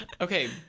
Okay